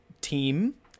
team